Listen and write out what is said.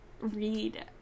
read